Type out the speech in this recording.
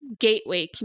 gateway